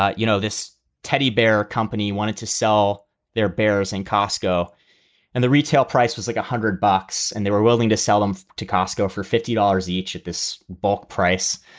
ah you know, this teddy bear company wanted to sell their bears and costco and the retail price was like one hundred bucks and they were willing to sell them to costco for fifty dollars each at this bulk price.